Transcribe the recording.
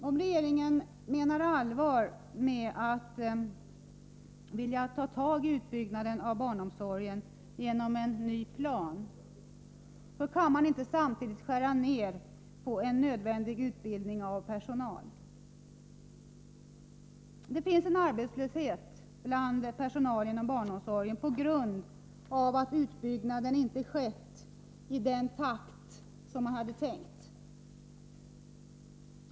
Om regeringen menar allvar med sina uttalanden om att vilja ta tag i utbyggnaden av barnomsorgen genom att utarbeta en ny plan, kan man inte samtidigt skära ned på den nödvändiga utbildningen av personal. Det finns en arbetslöshet bland personalen inom barnomsorgen på grund av att utbyggnaden inte skett i den takt som man hade tänkt.